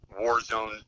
Warzone